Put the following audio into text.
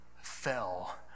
fell